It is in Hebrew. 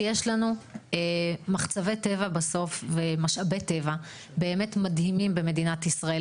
שיש לנו מחצבי טבע ומשאבי טבע מדהימים במדינת ישראל.